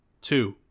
two